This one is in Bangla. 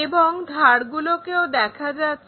এই ধারগুলোকেও দেখা যাচ্ছে